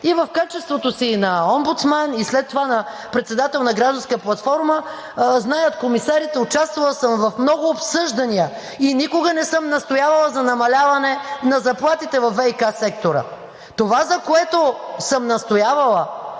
и в качеството си и на омбудсман, и след това на председател на гражданска платформа, комисарите знаят, участвала съм в много обсъждания и никога не съм настоявала за намаляване на заплатите във ВиК сектора. Това, за което съм настоявала,